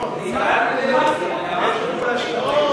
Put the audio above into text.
כבר הכרזתי, אני הכרזתי כבר על חבר הכנסת ליצמן.